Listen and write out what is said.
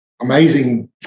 amazing